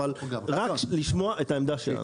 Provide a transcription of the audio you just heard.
אבל רק לשמוע את העמדה שלנו.